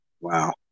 Wow